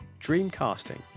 Dreamcasting